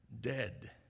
dead